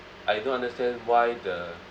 I don't understand why the